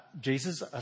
Jesus